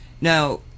now